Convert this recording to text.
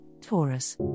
Taurus